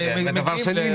דבר שני,